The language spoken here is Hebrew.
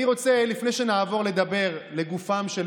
לפני שנעבור לדבר לגופם של